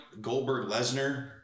Goldberg-Lesnar